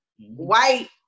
white